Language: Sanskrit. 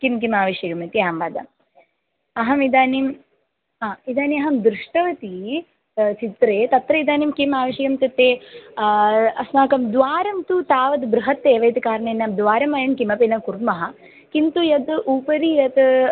किं किम् आवश्यकम् इति अहं वाद अहम् इदानीं हा इदानीमहं दृष्टवती चित्रे तत्र इदानीं किम् आवश्यकं तत् ते अस्माकं द्वारं तु तावद् बृहत् एव इति कारणेन द्वारं वयं किमपि न कुर्मः किन्तु यद् उपरि यत्